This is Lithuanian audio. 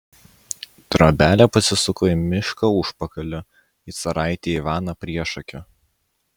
trobelė pasisuko į mišką užpakaliu į caraitį ivaną priešakiu